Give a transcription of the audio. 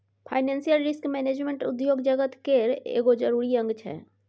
financial risk management उद्योग जगत केर एगो जरूरी अंग छै